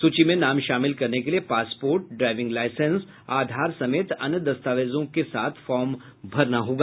सूची में नाम शामिल करने के लिए पासपोर्ट ड्राइविंग लाईसेंस आधार समेत अन्य दस्तावेजों के साथ फार्म भरना होगा